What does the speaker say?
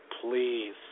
please